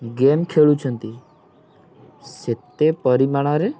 game ଖେଳୁଛନ୍ତି ସେତେ ପରିମାଣରେ